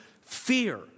fear